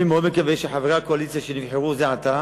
ואני מאוד מקווה שחברי הקואליציה שנבחרו זה עתה